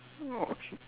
okay